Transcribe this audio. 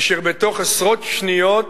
אשר בתוך עשרות שניות